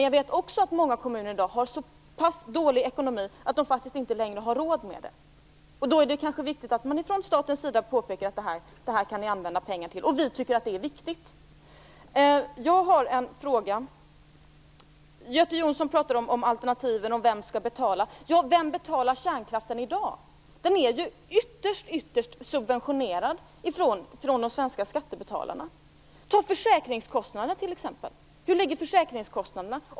Jag vet också att många kommuner i dag har så pass dålig ekonomi att de faktiskt inte längre har råd med det. Då är det kanske viktigt att vi från statens sida påpekar att man kan använda pengarna till detta och att vi tycker att det är viktigt. Jag har en fråga. Göte Jonsson pratar om alternativen och vem som skall betala. Vem betalar kärnkraften i dag? Den är ju ytterst subventionerad av de svenska skattebetalarna. Tag försäkringskostnaderna, t.ex.! Var ligger försäkringskostnaderna?